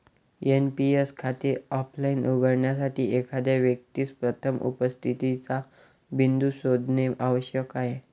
NPS खाते offline उघडण्यासाठी, एखाद्या व्यक्तीस प्रथम उपस्थितीचा बिंदू शोधणे आवश्यक आहे